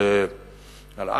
על עזה,